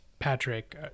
patrick